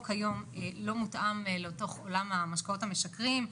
היום לא מותאם לתוך עולם המשקאות המשכרים,